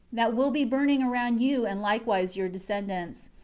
that will be burning around you and likewise your descendants.